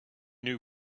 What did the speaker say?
new